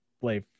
play